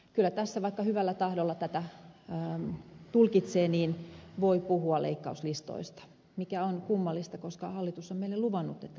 kyllä tässä vaikka hyvällä tahdolla tätä tulkitsee voi puhua leikkauslistoista mikä on kummallista koska hallitus on meille luvannut että leikkauslistoja ei tehdä